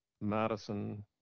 Madison